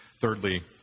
thirdly